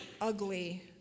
ugly